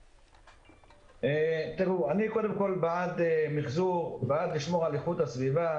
אני בעד מיחזור ובעד שמירה על איכות הסביבה.